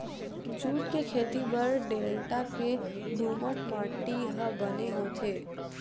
jute के खेती बर डेल्टा के दुमट माटी ह बने होथे